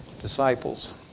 disciples